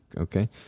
okay